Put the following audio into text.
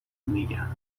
میگم